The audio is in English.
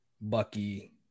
Bucky